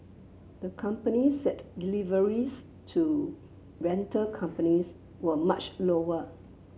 the company said deliveries to rental companies were much lower